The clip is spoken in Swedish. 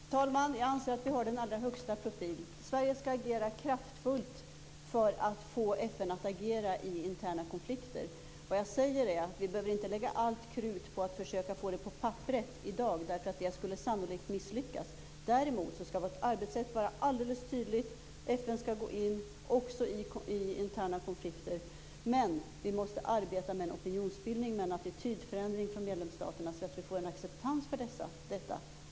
Fru talman! Jag anser att vi har den allra högsta profil. Sverige skall agera kraftfullt för att få FN att agera i interna konflikter. Vad jag säger är att vi inte behöver lägga allt krut på att försöka få det på papperet i dag. Det skulle nämligen sannolikt misslyckas. Däremot skall vårt arbetssätt vara alldeles tydligt: FN skall gå in också i interna konklikter. Men vi måste arbeta med opinionsbildning, med en attitydförändring från medlemsstaterna, så att vi får en acceptans för detta.